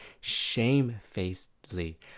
shamefacedly